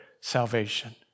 salvation